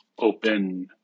open